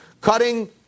cutting